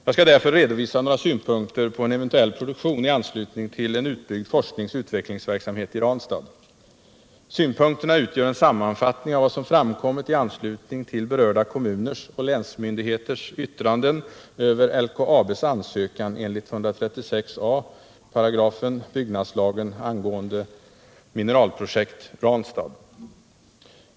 Jag skall därför redovisa några synpunkter på en eventuell produktion i anslutning till en utbyggd forskningsoch utvecklingsverksamhet i Ranstad. Synpunkterna utgör en sammanfattning av vad som framkommit i anslutning till berörda kommuners och länsmyndigheters yttranden över LKAB:s ansökan enligt 136 a § byggnadslagen angående ”Mineralprojekt Ranstad”.